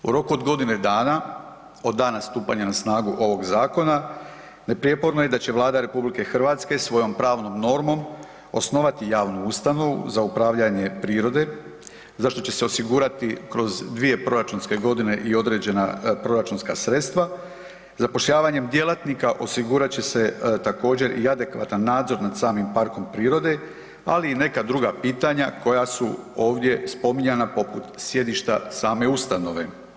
U roku od godine dana od dana stupanja na snagu ovoga zakona neprijeporno je da će Vlada RH svojom pravnom normom osnovati javnu ustanovu za upravljanje prirode, zašto će se osigurati kroz dvije proračunske godine i određena proračunska sredstva, zapošljavanjem djelatnika osigurat će se također, i adekvatan nadzor nad samim parkom prirode, ali i neka druga pitanja, koja su ovdje spominjana poput sjedišta same ustanove.